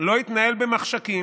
לא יתנהל במחשכים,